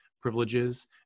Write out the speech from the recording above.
privileges